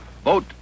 Vote